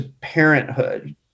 parenthood